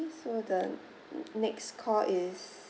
so the next call is